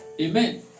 Amen